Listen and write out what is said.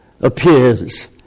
appears